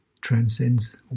transcends